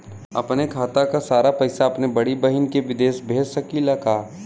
अपने खाते क सारा पैसा अपने बड़ी बहिन के विदेश भेज सकीला का?